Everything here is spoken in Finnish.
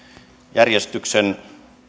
järjestyksen